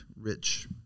rich